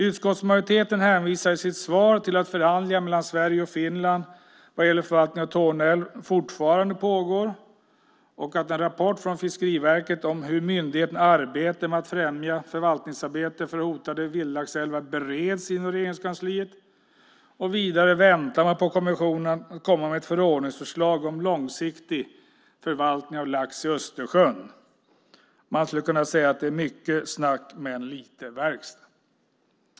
Utskottsmajoriteten hänvisar i sitt svar till att förhandlingar mellan Sverige och Finland vad gäller förvaltningen av Torne älv fortfarande pågår och att en rapport från Fiskeriverket om myndigheternas arbete med att främja förvaltningsarbete för hotade vildlaxälvar bereds inom Regeringskansliet. Vidare väntas kommissionen komma med ett förordningsförslag om långsiktig förvaltning av lax i Östersjön. Man skulle kunna säga att det är mycket snack men lite verkstad.